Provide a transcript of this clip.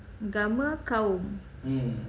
agama kaum